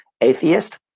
atheist